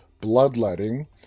Bloodletting